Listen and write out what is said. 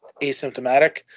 asymptomatic